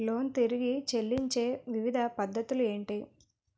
Loan తిరిగి చెల్లించే వివిధ పద్ధతులు ఏంటి?